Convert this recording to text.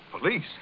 Police